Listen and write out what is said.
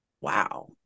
wow